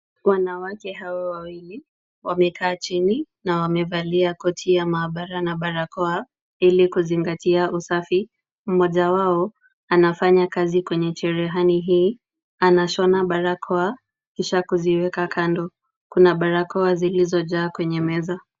Wanawake hawa wawili wamekaa chini na wamevalia koti ya maabara na barakoa ili kuzingatia usafi. Mmoja wao anafanya kazi kwenye cherehani hii. Anashona barakoa kisha kuziweka kando. Kuna barakoa zilizojaa kwenye meza.